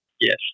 Yes